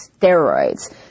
steroids